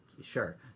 Sure